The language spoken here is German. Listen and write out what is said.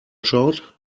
schaut